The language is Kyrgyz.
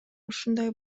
ушундай